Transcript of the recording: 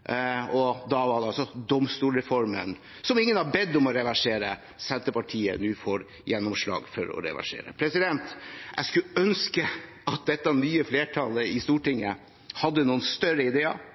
Det er altså domstolsreformen – som ingen har bedt om å reversere – Senterpartiet nå får gjennomslag for å reversere. Jeg skulle ønske at det nye flertallet i Stortinget hadde noen større ideer,